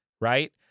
right